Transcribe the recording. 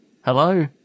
hello